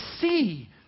see